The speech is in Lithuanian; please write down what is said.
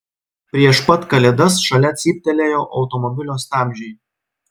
prieš pat kalėdas šalia cyptelėjo automobilio stabdžiai